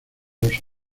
los